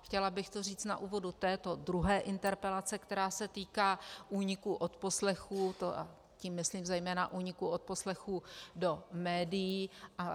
Chtěla bych to říct na úvod této druhé interpelace, která se týká úniku odposlechů tím myslím zejména úniku odposlechů do médií.